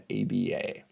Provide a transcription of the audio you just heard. ABA